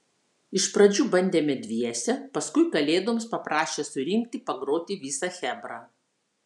iš pradžių bandėme dviese paskui kalėdoms paprašė surinkti pagroti visą chebrą